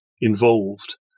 involved